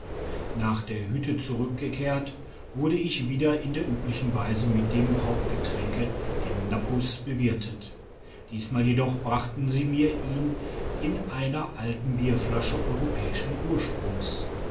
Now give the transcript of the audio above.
nach der hütte zurückgekehrt wurde ich wieder in der üblichen weise mit dem hauptgetränke dem napus bewirtet diesmal jedoch brachten sie mir ihn in einer alten bierflasche europäischen ursprunges